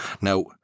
Now